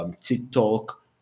TikTok